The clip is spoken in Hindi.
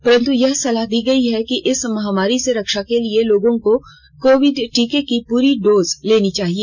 परन्तु यह सलाह दी गई है कि इस महामारी से रक्षा के लिए लोगों को कोविड टीके की पूरी डोज लेनी चाहिए